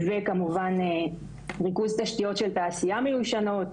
וכמובן ריכוז תשתיות של תעשייה מיושנות,